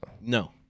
No